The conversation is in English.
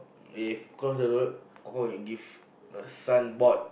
if cross the road confirm give a signboard